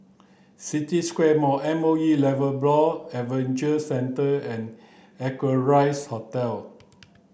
City Square Mall M O E Adventure Centre and Equarius Hotel